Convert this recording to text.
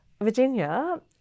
Virginia